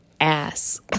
ass